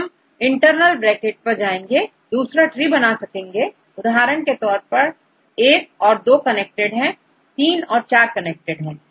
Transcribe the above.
तो हम internal bracket पर जाएंगे और दूसरा ट्री बना सकेंगे उदाहरण के तौर पर I औरII कनेक्टेड हैं III औरIV कनेक्टेड है